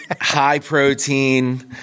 high-protein